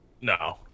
No